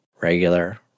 regular